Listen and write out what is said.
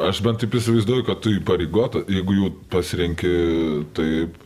aš bent taip įsivaizduoju kad tu įpareigota jeigu pasirenki taip